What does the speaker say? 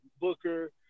Booker